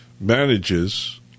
manages